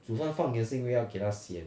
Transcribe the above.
煮饭放盐是因为要给它咸